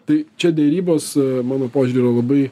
tai čia derybos mano požiūriu yra labai